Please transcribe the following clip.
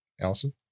Allison